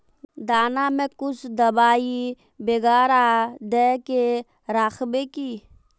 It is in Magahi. दाना में कुछ दबाई बेगरा दय के राखबे की?